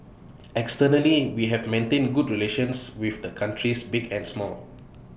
externally we have maintained good relations with A countries big and small